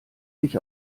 sich